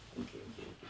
okay okay okay